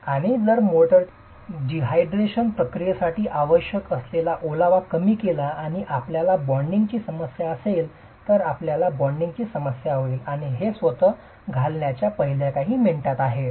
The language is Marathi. आता जर मोर्टारने हायड्रेशन प्रक्रियेसाठी आवश्यक असलेला ओलावा कमी केला आणि आपल्याला बॉन्डची समस्या असेल तर आपल्याला बॉन्डची समस्या होईल आणि हे स्वतः घालण्याच्या पहिल्या काही मिनिटांत आहे